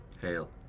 Hail